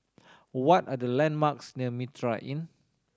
what are the landmarks near Mitraa Inn